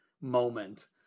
moment